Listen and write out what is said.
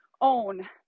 own